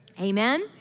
Amen